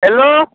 hello